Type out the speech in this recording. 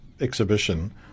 exhibition